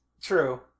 True